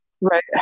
Right